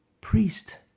Priest